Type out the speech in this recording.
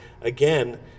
again